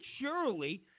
surely